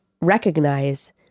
recognize